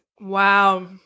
Wow